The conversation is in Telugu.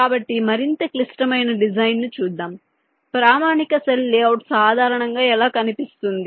కాబట్టి మరింత క్లిష్టమైన డిజైన్ను చూద్దాం ప్రామాణిక సెల్ లేఅవుట్ సాధారణంగా ఎలా కనిపిస్తుంది